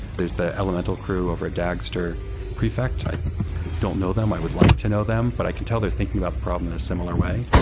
there's the elemental crew over at dagster prefect. i don't know them. i would like to know them, but i can tell they're thinking about the problem in a similar way.